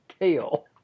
tail